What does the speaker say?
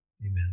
Amen